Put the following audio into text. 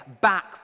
back